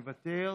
מוותר,